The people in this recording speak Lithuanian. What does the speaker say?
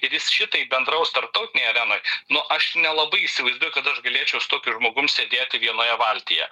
ir jis šitaip bendraus tarptautinėj arenoj nu aš nelabai įsivaizduoju kad aš galėčiau su tokiu žmogum sėdėti vienoje valtyje